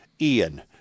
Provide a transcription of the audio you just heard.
Ian